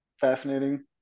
fascinating